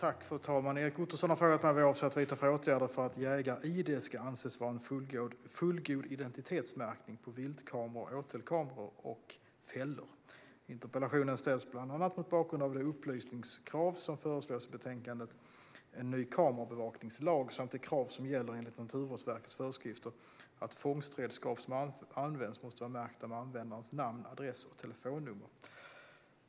Fru talman! Erik Ottoson har frågat mig vad jag avser att vidta för åtgärder för att jägar-id ska anses vara en fullgod identitetsmärkning på viltkameror eller åtelkameror och fällor. Interpellationen ställs bland annat mot bakgrund av det upplysningskrav som föreslås i betänkandet En ny kamerabevakningslag samt det krav som gäller enligt Naturvårdsverkets föreskrifter att fångstredskap som används måste vara märkta med användarens namn, adress och telefonnummer.